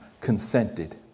consented